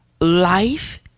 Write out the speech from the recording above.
life